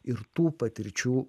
ir tų patirčių